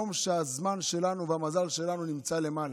יום שהזמן שלנו והמזל שלנו נמצא למעלה.